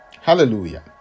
Hallelujah